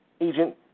agent